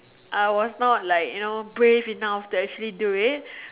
I was not like you know brave enough to actually do it